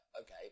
okay